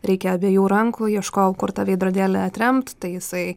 reikia abiejų rankų ieškojau kur tą veidrodėlį atremt tai jisai